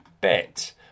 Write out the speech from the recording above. bet